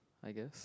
I guess